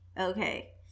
okay